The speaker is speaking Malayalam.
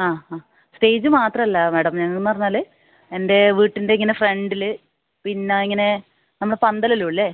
ആ ആ സ്റ്റേജ് മാത്രമല്ല മേഡം എന്ന് പറഞ്ഞാൽ എൻ്റെ വീട്ടിൻ്റെ ഇങ്ങനെ ഫ്രണ്ടിൽ പിന്നെ ഇങ്ങനെ നമ്മൾ പന്തലെല്ലാം ഇല്ലെ